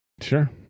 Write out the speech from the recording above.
Sure